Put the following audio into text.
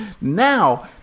Now